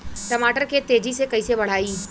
टमाटर के तेजी से कइसे बढ़ाई?